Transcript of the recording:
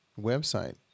website